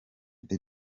the